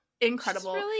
Incredible